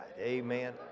Amen